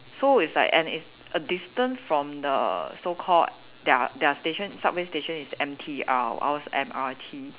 so it's like and it's a distance from the so called their their station subway station is M_T_R ours M_R_T